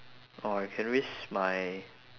oh I can risk my